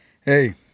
Hey